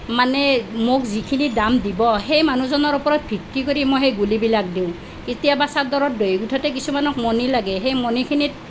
মানে মোক যিখিনি দাম দিব সেই মানুহজনৰ ওপৰত ভিত্তি কৰি মই সেই গুলিবিলাক দিওঁ কেতিয়াবা চাদৰত দহি গোঠোঁতে কিছুমানক মণি লাগে সেই মণিখিনিত